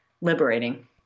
liberating